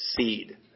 seed